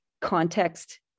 context